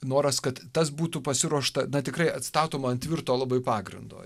noras kad tas būtų pasiruošta na tikrai atstatoma ant tvirto labai pagrindo